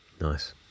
Nice